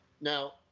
Now